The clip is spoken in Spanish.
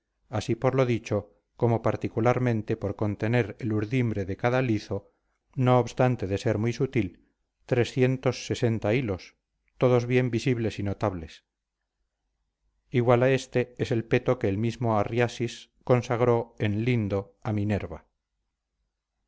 así por lo dicho como particularmente por contener el urdimbre de cada lizo no obstante de ser muy sutil hilos todos bien visibles y notables igual a este es el peto que el mismo arriasis consagró en lindo a minerva